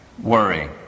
worry